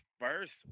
first